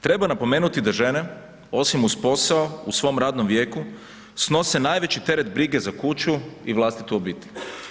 Treba napomenuti da žene osim uz posao u svom radnom vijeku snose najveći teret brige za kuću i vlastitu obitelj.